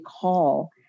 call